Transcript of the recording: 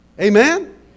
Amen